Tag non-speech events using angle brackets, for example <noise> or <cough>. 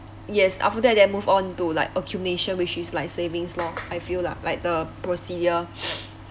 yes after that then move on to like accumulation which is like savings lor I feel lah like the procedure <breath>